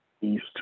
East